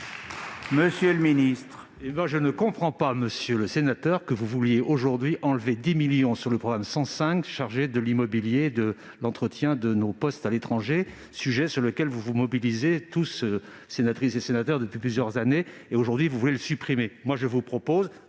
Monsieur le ministre,